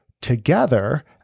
together